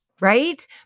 Right